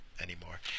anymore